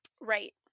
Right